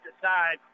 Decide